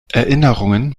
erinnerungen